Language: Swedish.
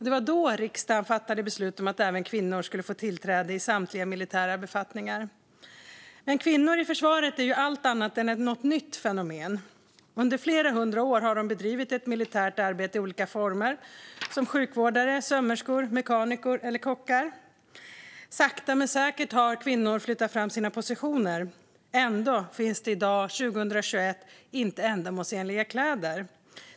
Det var då riksdagen fattade beslut om att även kvinnor skulle få tillträde till samtliga militära befattningar. Men kvinnor i försvaret är allt annat än ett nytt fenomen. Under flera hundra år har de bedrivit militärt arbete i olika former - som sjukvårdare, sömmerskor, mekaniker eller kockar. Sakta men säkert har kvinnorna flyttat fram sina positioner. Ändå finns det i dag, 2021, inte ändamålsenliga kläder.